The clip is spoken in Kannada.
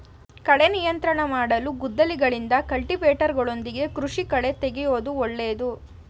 ಕಳೆ ನಿಯಂತ್ರಣ ಮಾಡಲು ಗುದ್ದಲಿಗಳಿಂದ, ಕಲ್ಟಿವೇಟರ್ಗಳೊಂದಿಗೆ ಕೃಷಿ ಕಳೆತೆಗೆಯೂದು ಒಳ್ಳೇದು